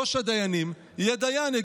ראש הדיינים יהיה דיין.